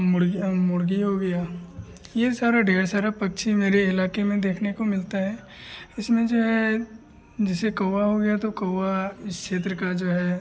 मुर्गी मुर्गी हो गई यह सारा ढेर सारे पक्षी मेरे इलाके में देखने को मिलते हैं इसमें जो है जैसे कौआ हो गया तो कौवा इस क्षेत्र का जो है